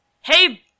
hey